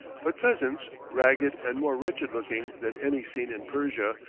but peasants, ragged and more wretched-looking than any seen in persia,